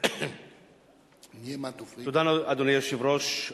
אדוני היושב-ראש,